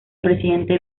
presidente